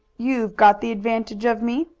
you've got the advantage of me,